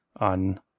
on